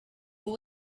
will